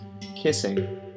kissing